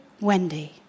Wendy